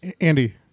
Andy